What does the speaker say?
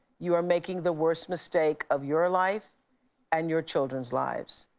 you are making the worst mistake of your life and your children's lives.